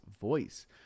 voice